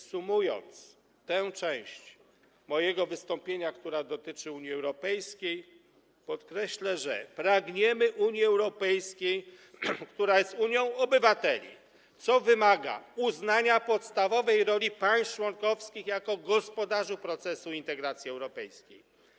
Sumując tę część mojego wystąpienia, która dotyczy Unii Europejskiej, podkreślę, że pragniemy Unii Europejskiej, która jest Unią obywateli, co wymaga uznania podstawowej roli państw członkowskich jako gospodarzy procesu integracji europejskiej.